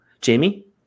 Jamie